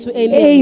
Amen